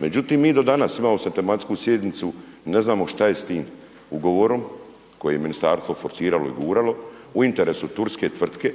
Međutim mi do danas imamo sad tematsku sjednicu, ne znamo šta je sa tim ugovorom koje je ministarstvo forsiralo i guralo u interesu turske tvrtke,